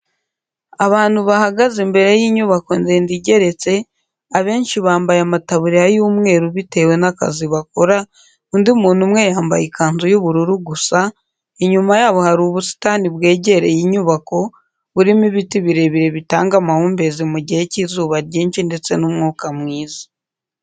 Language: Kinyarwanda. Abantu bahagaze imbere y'inyubako ndende igeretse, abenshi bambaye amataburiya y'umweru bitewe n'akazi bakora, undi muntu umwe yambaye ikanzu y'ubururu gusa, inyuma yabo hari ubusitani bwegereye inyubako burimo ibiti birebire bitanga amahumbezi mu gihe cy'izuba ryinshi ndetse n'umwuka mwiza.